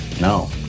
No